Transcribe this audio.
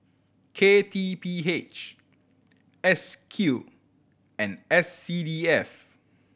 K T P H S Q and S C D F